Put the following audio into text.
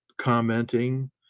Commenting